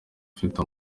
ufite